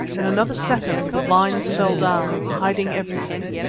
in another second the blinds fell down, hiding everything,